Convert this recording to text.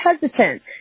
hesitant